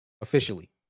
officially